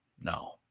no